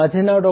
माझे नाव डॉ